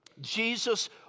Jesus